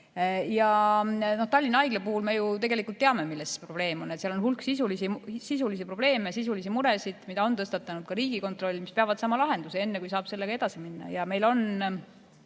on. Tallinna Haigla puhul me ju tegelikult teame, milles probleem on. Seal on hulk sisulisi probleeme, sisulisi muresid, mida on tõstatanud ka Riigikontroll. Need peavad saama lahenduse, enne kui saab sellega edasi minna. Meil olid